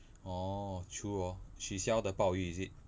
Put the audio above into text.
orh true orh she sell the 鲍鱼 is it